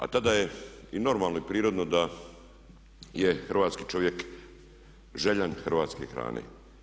A tada je i normalno i prirodno da je hrvatski čovjek željan hrvatske hrane.